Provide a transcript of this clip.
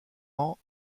ans